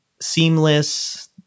seamless